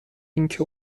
اینکه